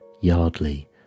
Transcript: Yardley